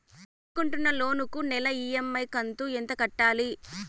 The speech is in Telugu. తీసుకుంటున్న లోను కు నెల ఇ.ఎం.ఐ కంతు ఎంత కట్టాలి?